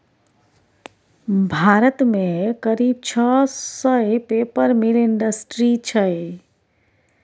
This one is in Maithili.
भारत मे करीब छह सय पेपर मिल इंडस्ट्री छै